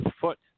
foot